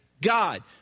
God